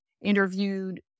interviewed